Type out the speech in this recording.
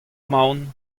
emaon